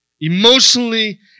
emotionally